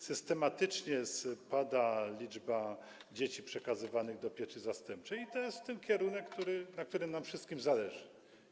Systematycznie spada liczba dzieci przekazywanych do pieczy zastępczej i to jest ten kierunek, na którym nam wszystkim zależy.